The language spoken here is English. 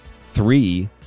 Three